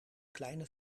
kleine